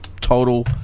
total